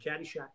Caddyshack